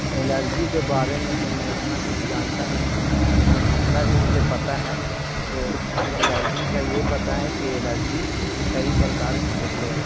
allergy کے بارے میں تو میں اتنا کچھ جانتا نہیں ہوں لیکن جتنا بھی مجھے پتہ ہے تو الرجی کا یہ پتہ ہے کہ الرجی کئی پرکار کے ہوتے ہیں